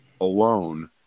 alone